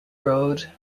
road